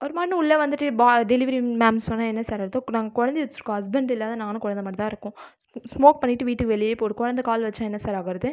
அவர் பாட்னு உள்ளே வந்துவிட்டு பா டெலிவரி மேம்னு சொன்னால் என்ன சார் அர்த்தம் நாங்கள் குழந்தைய வச்சுருக்கோம் ஹஸ்பண்ட் இல்லாது நானும் குழந்த மட்டும் தான் இருக்கோம் ஸ்மோக் பண்ணிட்டு வீட்டு வெளியே போடு குழந்த கால் வச்சால் என்ன சார் ஆகிறது